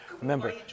Remember